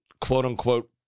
quote-unquote